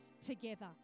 together